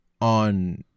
on